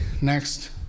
Next